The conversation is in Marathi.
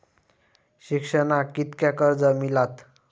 शिक्षणाक कीतक्या कर्ज मिलात?